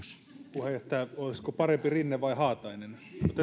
puheenjohtaja olisiko parempi rinne vai haatainen otetaan